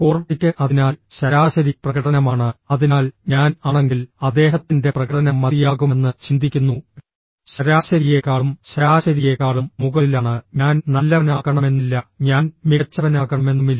core ടിക് അതിനാൽ ശരാശരി പ്രകടനമാണ് അതിനാൽ ഞാൻ ആണെങ്കിൽ അദ്ദേഹത്തിന്റെ പ്രകടനം മതിയാകുമെന്ന് ചിന്തിക്കുന്നു ശരാശരിയേക്കാളും ശരാശരിയേക്കാളും മുകളിലാണ് ഞാൻ നല്ലവനാകണമെന്നില്ല ഞാൻ മികച്ചവനാകണമെന്നുമില്ല